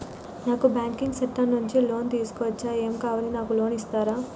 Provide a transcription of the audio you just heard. నాకు banking sector నుంచి loan తీసుకోవచ్చా? ఏమేం కావాలి? నాకు లోన్ ఇస్తారా?